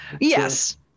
Yes